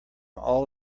all